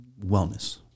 wellness